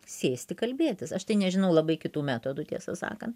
sėsti kalbėtis aš tai nežinau labai kitų metodų tiesą sakant